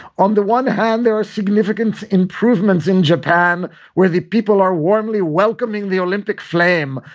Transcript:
on the one hand, there are significant improvements in japan where the people are warmly welcoming the olympic flame.